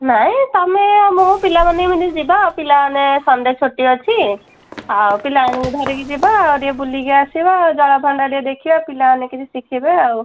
ନାଇ ତମେ ଆଉ ମୁଁ ପିଲାମାନେ ଏମିତି ଯିବା ଆଉ ପିଲାମାନେ ସନ୍ଡ଼େ ଛୁଟି ଅଛି ଆଉ ପିଲାମାନଙ୍କୁ ଧରିକି ଯିବା ଆଉ ଟିକିଏ ବୁଲିକି ଆସିବା ଆଉ ଜଳଭଣ୍ଡାର ଟିକିଏ ଦେଖିବା ପିଲାମାନେ କିଛି ଶିଖିବେ ଆଉ